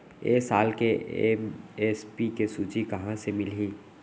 ए साल के एम.एस.पी के सूची कहाँ ले मिलही?